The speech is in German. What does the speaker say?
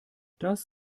dies